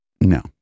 no